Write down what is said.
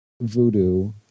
Voodoo